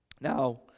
Now